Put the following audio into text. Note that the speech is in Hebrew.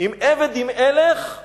"אם עבד, אם הלך /